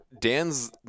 Dan's